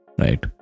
right